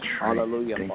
Hallelujah